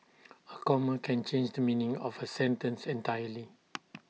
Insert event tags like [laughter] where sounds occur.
A comma can change the meaning of A sentence entirely [noise]